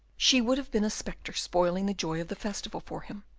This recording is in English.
she would have been a spectre spoiling the joy of the festival for him,